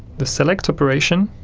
the select operation